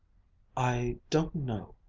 i don't know,